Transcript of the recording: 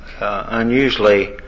unusually